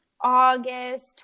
August